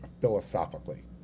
philosophically